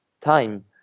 time